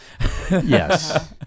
Yes